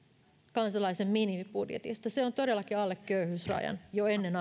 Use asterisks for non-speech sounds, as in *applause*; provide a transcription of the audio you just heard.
kansalaisen minimibudjetista se on todellakin alle köyhyysrajan jo ennen *unintelligible*